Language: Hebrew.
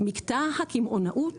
שבמקטע הקמעונאות